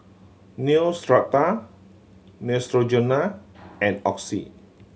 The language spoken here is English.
Neostrata Neutrogena and Oxy